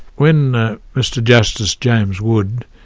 when ah mr justice james wood,